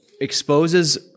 exposes